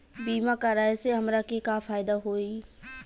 बीमा कराए से हमरा के का फायदा होई?